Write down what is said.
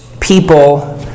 people